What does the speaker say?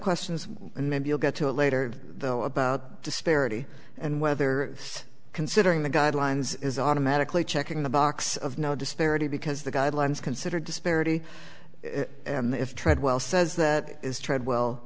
questions and maybe i'll get to it later though about disparity and whether considering the guidelines is automatically checking the box of no disparity because the guidelines consider disparity if treadwell says that is tried well